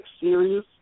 serious